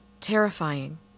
Terrifying